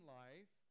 life